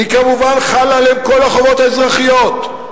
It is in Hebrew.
כמובן חלות עליהם כל החובות האזרחיות,